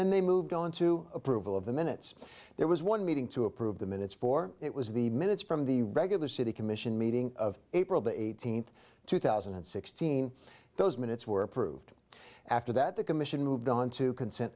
then they moved on to approval of the minutes there was one meeting to approve the minutes for it was the minutes from the regular city commission meeting of april eighteenth two thousand and sixteen those minutes were approved after that the commission moved onto consent